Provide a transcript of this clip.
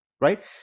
right